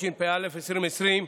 התשפ"א 2020,